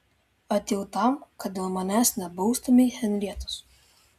atėjau tam kad dėl manęs nebaustumei henrietos